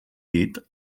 dit